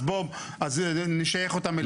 אז נשייך אותם אליהם.